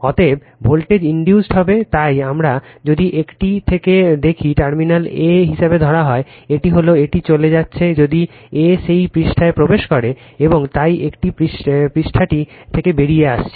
অতএব voltage induced হবে তাই আমরা যদি একটি থেকে দেখি টার্মিনালকে a হিসাবে ধরা হয় এটি হল এটি চলে যাচ্ছে যদি a সেই পৃষ্ঠায় প্রবেশ করে এবং তাই একটি পৃষ্ঠাটি থেকে বেরিয়ে যাচ্ছে